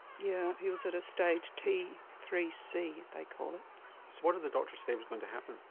yeah, he was at a stage t three c they call it. so what did the doctor say was going to happen?